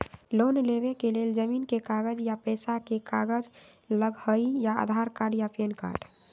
Loan लेवेके लेल जमीन के कागज या पेशा के कागज लगहई या आधार कार्ड या पेन कार्ड?